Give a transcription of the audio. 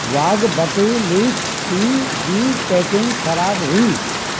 वाघ बकरी leaf tea जी packing ख़राबु हुई